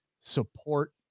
support